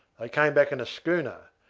they came back in a schooner,